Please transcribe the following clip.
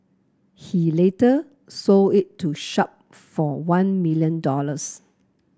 he later sold it to Sharp for one million dollars